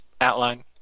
outline